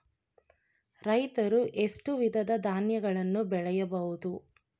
ರೈತರು ಎಷ್ಟು ವಿಧದ ಧಾನ್ಯಗಳನ್ನು ಬೆಳೆಯಬಹುದು?